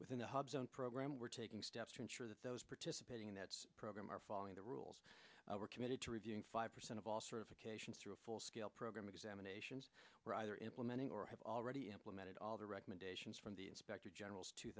within the hub zone program we're taking steps to ensure that those participating in that program are following the rules were committed to reviewing five percent of all certifications through a full scale program examinations were either implementing or have already implemented all the recommendations from the inspector general's two